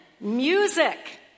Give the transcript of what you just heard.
music